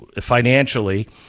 financially